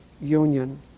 Union